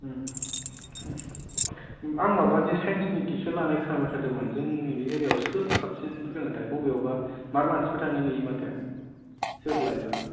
आं माबानि साइन्सनि टिउसन लानायखौ सानबाय थादोंमोन जोंनि बे एरियायाव सोर साबसिन फोरोङोथाय बबेयावबा मार मानसिफोर थांनाय नुयो माथो सोर लायोबा